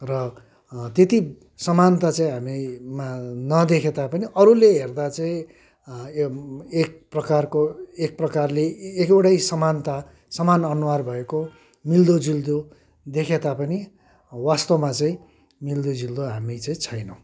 र त्यति समानता चाहिँ हामीमा नदेखिए तापनि अरूले हेर्दा चाहिँ एक प्रकारको एक प्रकारले एउटै समानता समान अनुहार भएको मिल्दो जुल्दो देखे तापनि वास्तवमा चाहिँ मिल्दो जुल्दो हामी चाहिँ छैनौँ